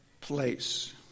place